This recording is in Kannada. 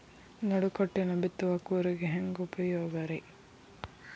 ನಡುಕಟ್ಟಿನ ಬಿತ್ತುವ ಕೂರಿಗೆ ಹೆಂಗ್ ಉಪಯೋಗ ರಿ?